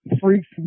freaks